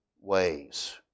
ways